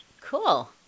Cool